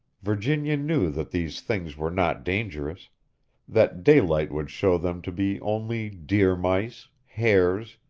virginia knew that these things were not dangerous that daylight would show them to be only deer-mice, hares,